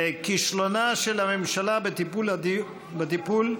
כישלונה של הממשלה בטיפול בדיור,